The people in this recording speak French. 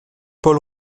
paul